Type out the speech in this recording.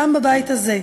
גם בבית הזה.